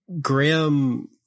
Graham